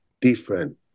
different